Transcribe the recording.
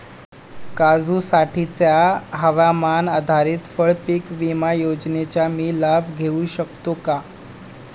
काजूसाठीच्या हवामान आधारित फळपीक विमा योजनेचा मी लाभ घेऊ शकतो का?